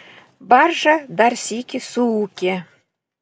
barža dar sykį suūkė